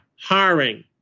hiring